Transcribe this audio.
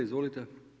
Izvolite.